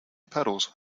puddles